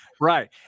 Right